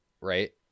right